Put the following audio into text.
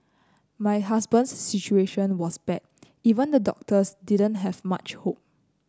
my husband's situation was bad even the doctors didn't have much hope